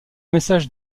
message